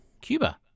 Cuba